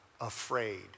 afraid